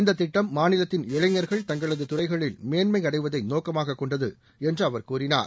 இந்த திட்டம் மாநிலத்தின் இளைஞர்கள் தங்களது துறைகளில் மேன்மை அடைவதை நோக்கமாக கொண்டது என்று அவர் கூறினார்